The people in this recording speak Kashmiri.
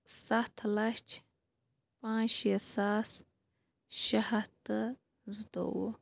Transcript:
سَتھ لَچھ پانٛژھ شیٖتھ ساس شےٚ ہَتھ تہٕ زٕتووُہ